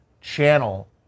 channel